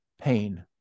pain